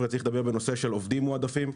צריך לדבר בנושא של עובדים מועדפים.